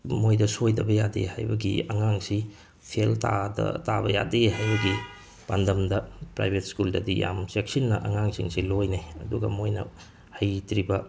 ꯃꯣꯏꯗ ꯁꯣꯏꯗꯕ ꯌꯥꯗꯦ ꯍꯥꯏꯕꯒꯤ ꯑꯉꯥꯡꯁꯤ ꯐꯦꯜ ꯇꯥꯕ ꯌꯥꯗꯦ ꯍꯥꯏꯕꯒꯤ ꯄꯥꯟꯗꯝꯗ ꯄ꯭ꯔꯥꯏꯚꯦꯠ ꯁ꯭ꯀꯨꯜꯗꯗꯤ ꯌꯥꯝ ꯆꯦꯛꯁꯤꯟꯅ ꯑꯉꯥꯡꯁꯤꯡꯁꯦ ꯂꯣꯏꯅꯩ ꯑꯗꯨꯒ ꯃꯣꯏꯅ ꯍꯩꯇ꯭ꯔꯤꯕ